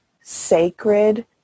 sacred